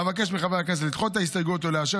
אבקש מחברי הכנסת לדחות את ההסתייגות ולאשר